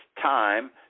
time